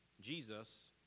Jesus